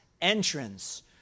entrance